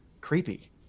creepy